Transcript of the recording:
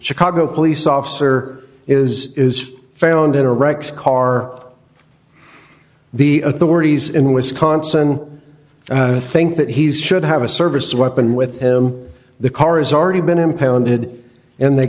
chicago police officer is is found in a wrecked car the authorities in wisconsin think that he's should have a service weapon with him the car is already been impounded and they